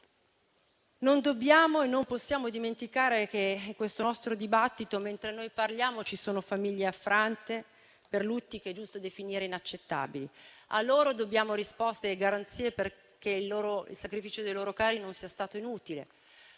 Non dobbiamo e non possiamo dimenticare che, mentre noi parliamo in questo nostro dibattito, ci sono famiglie affrante per lutti che è giusto definire inaccettabili. A loro dobbiamo risposte e garanzie, perché il sacrificio dei loro cari non sia stato inutile;